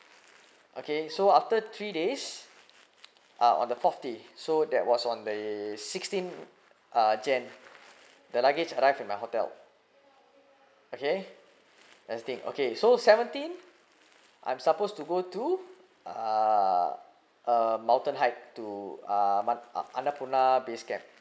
okay so after three days uh on the fourth day so that was on the sixteen uh jan the luggage arrived in my hotel okay that's thing okay so seventeen I'm supposed to go to uh a mountain hike to uh ma~ annapurna base camp